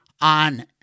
on